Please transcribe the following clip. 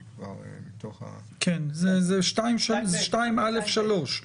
כן, זה 2(א)(3).